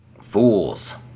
Fools